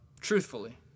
truthfully